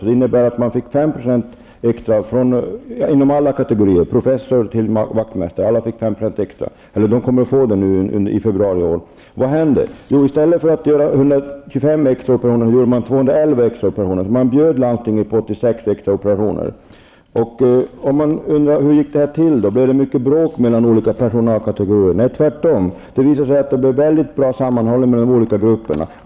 Det innebär att anställda inom alla kategorier kommer att få 5 %extra i februari i år, från professorer till vaktmästare. Vad hände då? Jo, i stället för att göra 125 extra operationer gjorde man 211 extra operationer. Man bjöd landstinget på 86 extra operationer. Hur gick då detta till? Blev det mycket bråk mellan olika personalkategorier? Nej, tvärtom visade det sig att det blev mycket god sammanhållning mellan olika grupper.